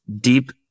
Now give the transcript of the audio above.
deep